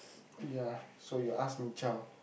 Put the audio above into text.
ya so you ask ming qiao